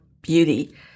beauty